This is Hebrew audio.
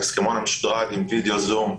ההסכמון המשודרג, עם וידאו, זום,